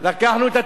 אני הייתי המוהל,